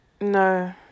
No